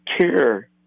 care